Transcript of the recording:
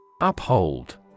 Uphold